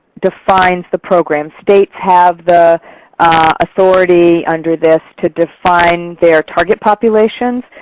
defines the program. states have the authority under this to define their target populations.